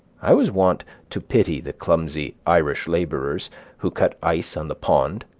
i was wont to pity the clumsy irish laborers who cut ice on the pond,